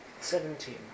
Seventeen